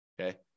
Okay